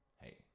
Hey